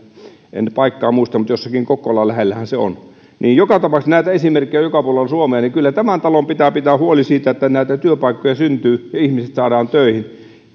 en paikkaa muista mutta jossakin kokkolan lähellähän se on joka tapauksessa näitä esimerkkejä on joka puolella suomea eli kyllä tämän talon pitää pitää huoli siitä että näitä työpaikkoja syntyy ja ihmiset saadaan töihin